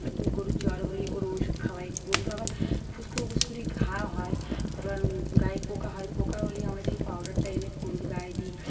গরুর জ্বর হলেই ওর ওষুধ খাওয়াই গরুর আবার ফুসকু ফুসকরি ঘা হয় তারপর গায়ে পোকা হয় পোকা হলেই আমরা সেই পাউডারটা এনে গরুর গায়ে দিই